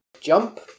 Jump